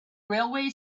railway